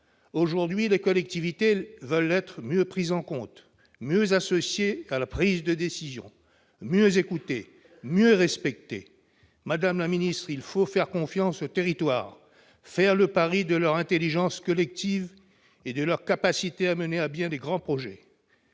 Aujourd'hui, les collectivités veulent être mieux prises en compte, mieux associées à la prise de décision, mieux écoutées, mieux respectées. Madame la ministre, il faut faire confiance aux territoires, faire le pari de leur intelligence collective et de leur capacité à mener à bien les grands projets.